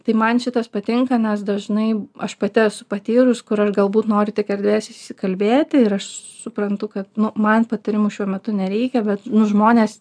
tai man šitas patinka nes dažnai aš pati esu patyrus kur aš galbūt noriu tik erdvės išsikalbėti ir aš suprantu kad man patarimų šiuo metu nereikia bet žmonės